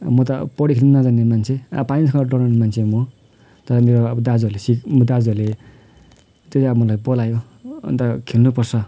म त अब पौडी खेल्न नजान्ने मान्छे अब पानीसँग डराउने मान्छे हो म तर अब मेरा दाजुहरूले सिक दाजुहरूले चाहिँ मलाई अब बोलायो अन्त खेल्नुपर्छ